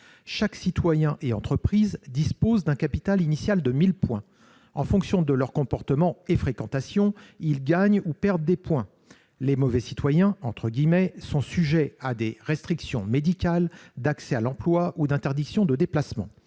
Chaque citoyen et chaque entreprise disposent d'un capital initial de mille points. En fonction de leurs comportements et fréquentations, ils gagnent ou perdent des points. « Les mauvais citoyens » sont sujets à des restrictions médicales, d'accès à l'emploi ou à des interdictions de déplacement.